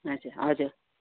हजुर हजुर